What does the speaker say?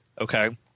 Okay